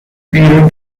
بیرون